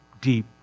deep